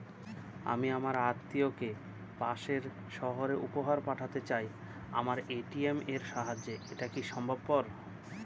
আমি আমার আত্মিয়কে পাশের সহরে উপহার পাঠাতে চাই আমার এ.টি.এম এর সাহায্যে এটাকি সম্ভবপর?